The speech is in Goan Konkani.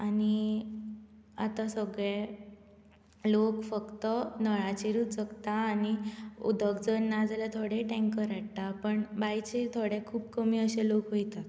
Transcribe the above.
आनी आतां सगळे लोक फक्त नळाचेरूच जगता आनी उदक जर ना जाल्यार थोडे टँकर हाडटा पण बांयचेर थोडे खूब कमी अशे लोक वयतात